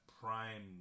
prime